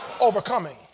overcoming